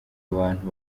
abantu